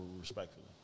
respectfully